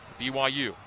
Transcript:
BYU